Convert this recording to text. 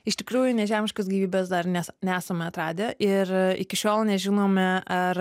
iš tikrųjų nežemiškos gyvybės dar nes nesame atradę ir iki šiol nežinome ar